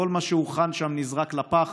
כל מה שהוכן שם נזרק לפח.